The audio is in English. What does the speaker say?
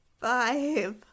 five